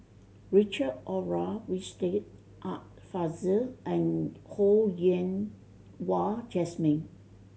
Richard Olaf Winstedt Art Fazil and Ho Yen Wah Jesmine